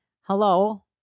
Hello